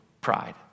pride